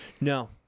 No